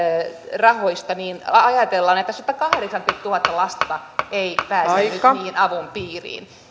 rahoista ajatellaan että satakahdeksankymmentätuhatta lasta ei pääsisi nyt avun piiriin minulla